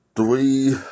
Three